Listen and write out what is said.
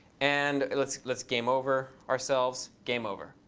and let's let's game over ourselves. game over.